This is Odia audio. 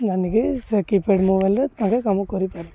ସେ କିପ୍ୟାଡ଼୍ ମୋବାଇଲ୍ରେ ତାଙ୍କେ କାମ କରିପାରିବେ